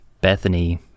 Bethany